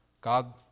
God